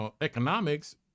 economics